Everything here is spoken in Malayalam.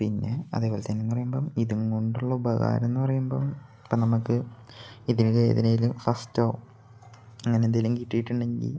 പിന്നേ അതേപോലെ തന്നെ എന്നു പറയുമ്പം ഇതുകൊണ്ടുള്ള ഉപകാരം എന്നു പറയുമ്പം ഇപ്പം നമുക്ക് ഇതിന് ഏതിനെങ്കിലും ഫസ്റ്റോ അങ്ങനെ എന്തെങ്കിലും കിട്ടിയിട്ടുണ്ടെങ്കിൽ